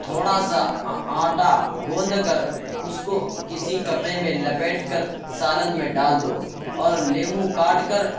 تھوڑا سا آٹا گوندھ کر اس کو کسی کپڑے میں لپیٹ کر سالن میں ڈال دو اور لیموں کاٹ کر